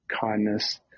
kindness